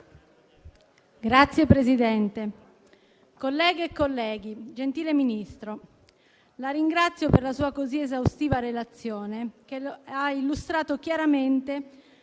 Signor Presidente, colleghe e colleghi, gentile Ministro, la ringrazio per la sua così esaustiva relazione che ha illustrato chiaramente